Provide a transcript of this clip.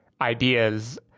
ideas